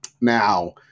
Now